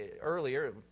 earlier